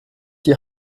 die